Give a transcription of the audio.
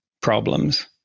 problems